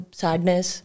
sadness